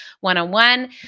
one-on-one